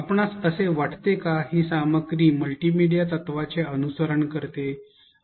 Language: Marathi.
आपणास असे वाटते का ही सामग्री मल्टीमीडिया तत्त्वाचे अनुसरण करते